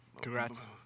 Congrats